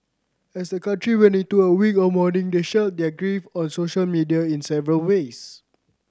as the country went into a week of mourning they shared their grief on social media in several ways